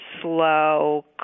slow